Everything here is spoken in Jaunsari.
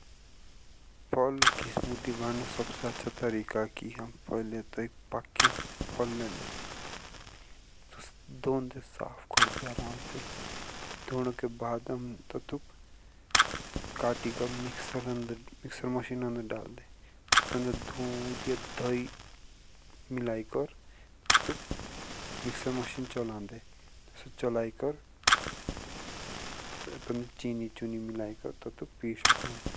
अनइंटेलिजिबल की स्मूदी बननाक सबसे अच्छा तरीका की आम पहले पैसे फल्ल लेदे दोड़ साफ़ करदे। आरामसे दोनोंके के बाद आम ततुक काथिकर मिक्सर मशीन में डालदे ता दूध दही ततुक मिक्सर मशीन चलादे। चलाकर चीनी चीनी मिलाकर पे सोको आम।